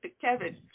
kevin